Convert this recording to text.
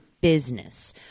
business